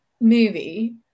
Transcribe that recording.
movie